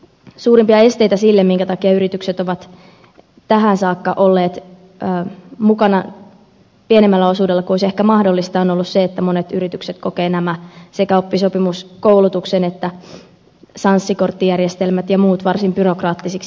suurimpia esteitä sille minkä takia yritykset ovat tähän saakka olleet mukana pienemmällä osuudella kuin olisi ehkä mahdollista on ollut se että monet yritykset kokevat sekä oppisopimuskoulutuksen että sanssi kortti järjestelmät ja muut varsin byrokraattisiksi